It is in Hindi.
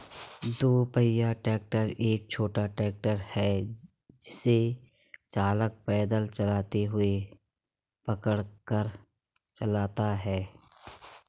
दो पहिया ट्रैक्टर एक छोटा ट्रैक्टर है जिसे चालक पैदल चलते हुए पकड़ कर चलाता है